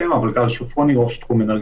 שלום.